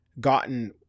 gotten